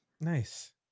nice